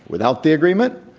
without the ag reement,